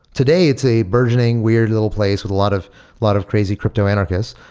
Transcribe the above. today it's a burgeoning weird little place with a lot of lot of crazy crypto anarchists,